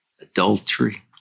adultery